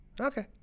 okay